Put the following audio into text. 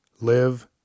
Live